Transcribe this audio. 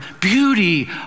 beauty